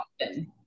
often